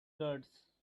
guards